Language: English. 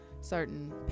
certain